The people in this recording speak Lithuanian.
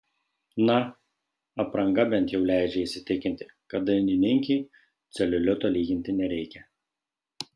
na apranga bent jau leidžia įsitikinti kad dainininkei celiulito lyginti nereikia